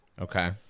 Okay